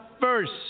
first